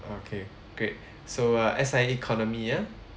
okay great so uh S_I_A economy ya